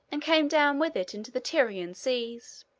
and came down with it into the tyrian seas.